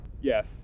Yes